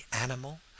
animal